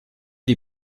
die